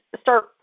start